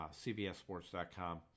cbssports.com